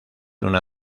una